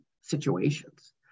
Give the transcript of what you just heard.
situations